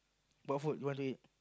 what food you want to eat